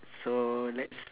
so let's